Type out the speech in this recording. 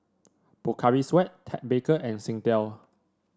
Pocari Sweat Ted Baker and Singtel